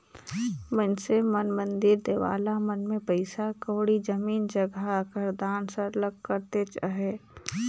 मइनसे मन मंदिर देवाला मन में पइसा कउड़ी, जमीन जगहा कर दान सरलग करतेच अहें